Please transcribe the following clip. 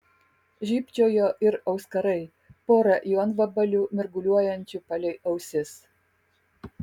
žybčiojo ir auskarai pora jonvabalių mirguliuojančių palei ausis